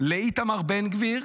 לאיתמר בן גביר